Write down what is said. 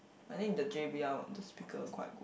I think the J_B_L the speaker quite good